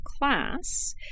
class